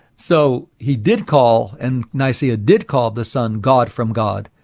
so he did call, and nicaea did call the son god from god,